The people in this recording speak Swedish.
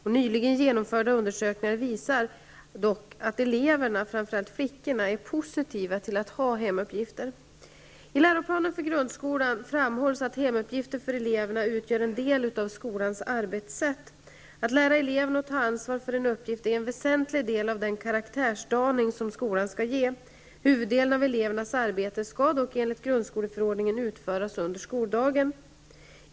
Nyligen genomförda undersökningar visar dock att eleverna, framför allt flickorna, är positiva till att ha hemuppgifter. I läroplanen för grundskolan framhålls att hemuppgifter för eleverna utgör en del av skolans arbetssätt. Att lära eleverna att ta ansvar för en uppgift är en väsentlig del av den karaktärsdaning som skolan skall ge. Huvuddelen av elevernas arbete skall dock enligt grundskoleförordningen utföras under skoldagen.